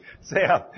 Sam